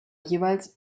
jeweils